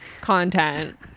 content